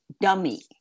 Dummy